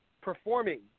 performing